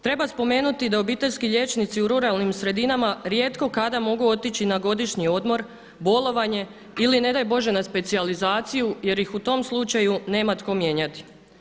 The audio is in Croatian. Treba spomenuti da obiteljski liječnici u ruralnim sredinama rijetko kada mogu otići na godišnji odmor, bolovanje ili ne daj Bože na specijalizaciju jer ih u tom slučaju nema tko mijenjati.